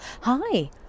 Hi